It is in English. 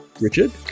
richard